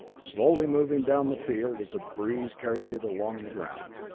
slowly moving down the field as a breeze carried it along the ground.